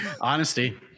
Honesty